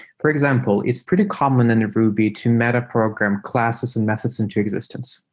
for example, it's pretty common in ruby to meta program classes and methods into existence.